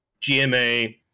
gma